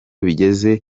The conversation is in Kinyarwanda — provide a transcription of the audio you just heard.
bigeze